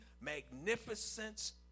magnificence